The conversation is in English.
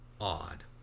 odd